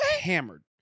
hammered